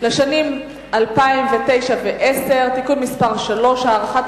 לשנים 2009 ו-2010) (תיקון מס' 3) (הארכת